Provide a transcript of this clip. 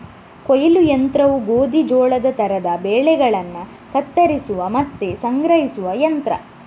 ಕೊಯ್ಲು ಯಂತ್ರವು ಗೋಧಿ, ಜೋಳದ ತರದ ಬೆಳೆಗಳನ್ನ ಕತ್ತರಿಸುವ ಮತ್ತೆ ಸಂಗ್ರಹಿಸುವ ಯಂತ್ರ